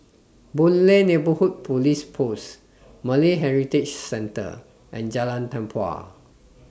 Boon Lay Neighbourhood Police Post Malay Heritage Centre and Jalan Tempua